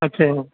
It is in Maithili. मैथिल ब्राह्मण